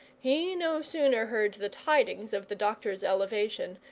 he no sooner heard the tidings of the doctor's elevation,